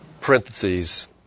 Parentheses